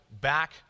back